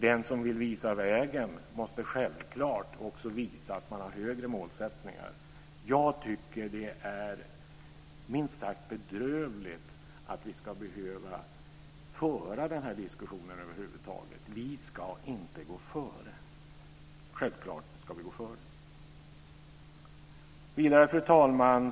Den som vill visa vägen måste självklart också visa att man har högre målsättningar. Jag tycker att det är minst sagt bedrövligt att vi över huvud taget ska behöva föra diskussionen om att vi inte ska gå före. Vi ska självklart gå före. Fru talman!